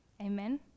Amen